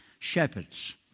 Shepherds